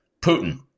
Putin